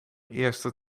eerste